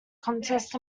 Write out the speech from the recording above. contest